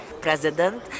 president